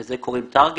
לזה קוראים טרגטינג.